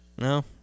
No